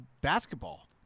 basketball